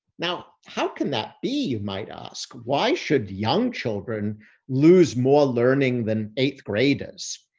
now, how can that be? you might ask. why should young children lose more learning than eighth graders?